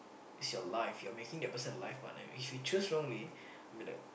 is your life your making the person life partner if you choose wrongly I mean the